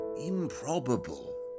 improbable